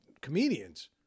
comedians